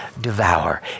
devour